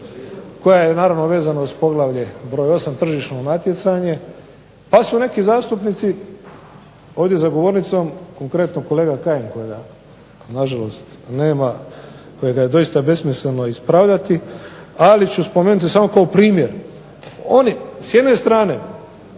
koja je vezana uz poglavlje 8. Tržišno natjecanje, pa su neki zastupnici ovdje za govornicom, konkretno kolega Kajin kojega na žalost nema, kojega je doista besmisleno ispravljati, ali ću spomenuti samo kao primjer. S jedne strane